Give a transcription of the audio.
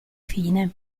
fine